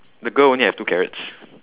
the girl only have two carrots